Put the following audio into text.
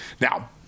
Now